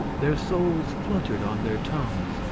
their souls fluttered on their tongues,